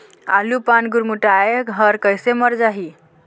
आलू पान गुरमुटाए हर कइसे मर जाही?